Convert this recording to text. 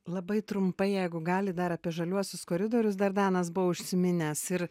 labai trumpai jeigu galit dar apie žaliuosius koridorius dar danas buvo užsiminęs ir